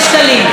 גם אתה,